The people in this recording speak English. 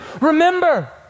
Remember